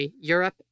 Europe